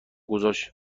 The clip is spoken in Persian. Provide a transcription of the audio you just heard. گذاشت